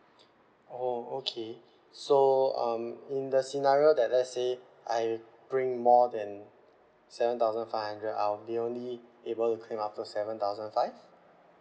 oh okay so um in the scenario that let's say I bring more than seven thousand five hundred I'll be only be able to claim up to seven thousand five